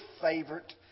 favorite